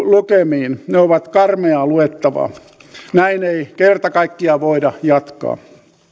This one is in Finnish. lukemiin ne ovat karmeaa luettavaa näin ei kerta kaikkiaan voida jatkaa